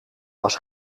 was